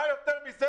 מה יותר מזה,